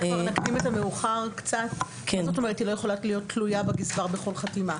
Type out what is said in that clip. מה הכוונה שהיא לא יכולה להיות תלויה בגזבר בכל חתימה?